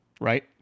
right